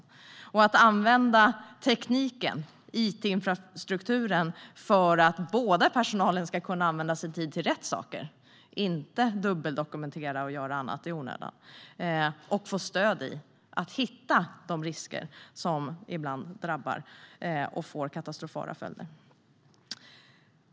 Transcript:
Det handlar om att använda tekniken, it-infrastrukturen, för att personalen ska kunna använda sin tid till rätt saker, inte dubbeldokumentera och göra annat i onödan, och få stöd i att hitta de risker som ibland får katastrofala följder.